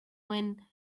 when